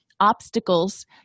obstacles